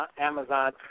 Amazon